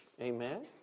Amen